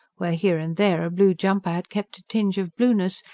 where, here and there, a blue jumper had kept a tinge of blueness,